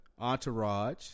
Entourage